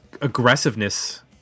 aggressiveness